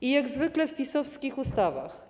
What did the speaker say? I jak zwykle w pisowskich ustawach.